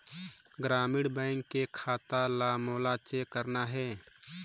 ग्रामीण बैंक के खाता ला मोला चेक करना हे?